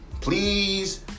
Please